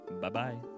Bye-bye